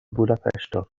budapeŝto